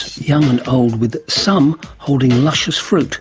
young and old, with some holding luscious fruit